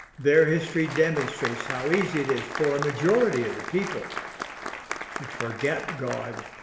their history demonstrates how easy it is for a majority of the people to forget god,